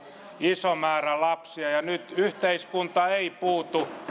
iso määrä lapsia ja nyt yhteiskunta ei puutu